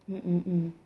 mm mm mm